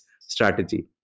strategy